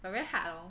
but very hard orh